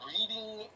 Reading